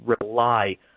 rely